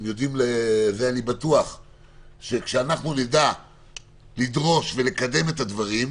אני בטוח שכשאנחנו נדע לדרוש ולקדם את הדברים,